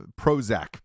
Prozac